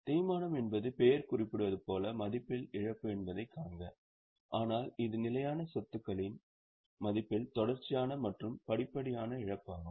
தேய்மானம் என்பது பெயர் குறிப்பிடுவது போல மதிப்பில் இழப்பு என்பதைக் காண்க ஆனால் இது நிலையான சொத்துக்களின் மதிப்பில் தொடர்ச்சியான மற்றும் படிப்படியான இழப்பாகும்